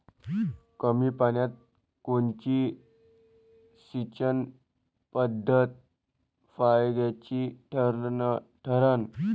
कमी पान्यात कोनची सिंचन पद्धत फायद्याची ठरन?